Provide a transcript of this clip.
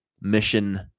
mission